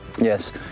Yes